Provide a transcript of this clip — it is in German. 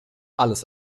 alles